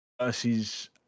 versus